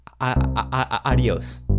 Adios